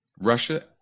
Russia